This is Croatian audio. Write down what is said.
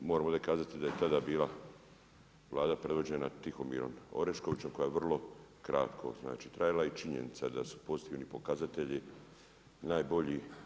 Moram ovdje kazati da je tada bila Vlada predvođena Tihomirom Oreškovićem koja je vrlo kratko znači trajala i činjenica je da su pozitivni pokazatelji najbolji.